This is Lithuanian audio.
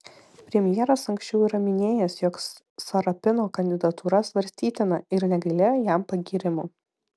premjeras anksčiau yra minėjęs jog sarapino kandidatūra svarstytina ir negailėjo jam pagyrimų